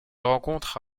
rencontre